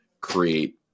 create